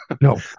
no